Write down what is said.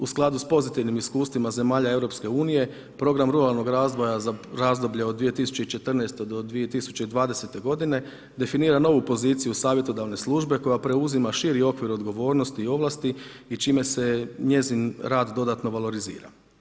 U skladu s pozitivnim iskustvima zemalja EU program ruralnog razvoja za razdoblje od 2014. do 2020. godine definira novu poziciju savjetodavne službe koja preuzima širi okvir odgovornosti i ovlasti i čime se njezin rad dodatno valorizira.